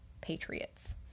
patriots